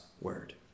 word